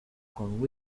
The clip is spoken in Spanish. con